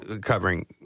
covering